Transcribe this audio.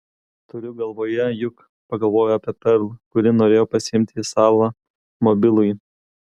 turiu galvoje juk pagalvojau apie perl kuri norėjo pasiimti į salą mobilųjį